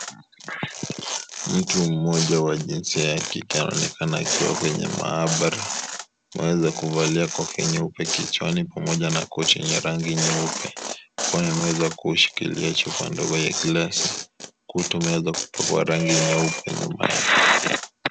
Mtu mmoja wa jinsia ya kike anaonekana akiwa kwenye maabara, ameweza kuvalia kofia nyeupe kichwani pamoja na koti yenye rangi nyeupe, kwani ameweza kushikilia chupa ndogo ya glasi, ukuta umeeza kupakwa rangi nyeupe nyuma.